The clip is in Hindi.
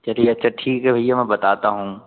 चलिए अच्छा ठीक है भैया मैं बताता हूँ